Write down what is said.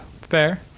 Fair